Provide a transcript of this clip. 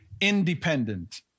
independent